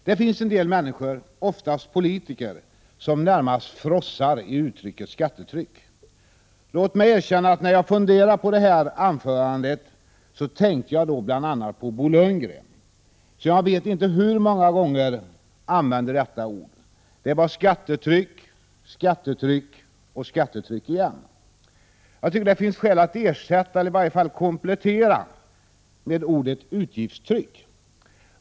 Det finns en del människor, oftast politiker, som närmast frossar i ordet skattetryck. Låt mig erkänna att när jag förberedde detta anförande tänkte jag på bl.a. Bo Lundgren, som använde detta ord jag vet inte hur många gånger. Det var skattetryck, skattetryck, och skattetryck igen. Jag tycker att det finns skäl att ersätta eller i varje fall komplettera med ordet utgiftstryck.